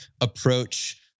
approach